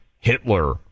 Hitler